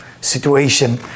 situation